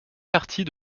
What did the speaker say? parties